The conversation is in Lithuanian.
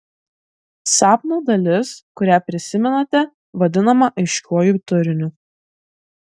sapno dalis kurią prisimenate vadinama aiškiuoju turiniu